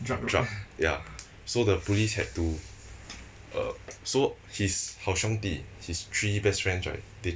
drug ya so the police had to uh so his 好兄弟 his three best friends right they